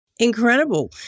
Incredible